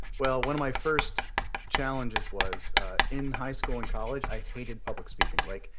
well, one of my first challenges was in high school and college, i hated public speaking. like,